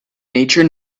nature